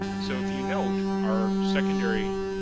so if you note, our secondary,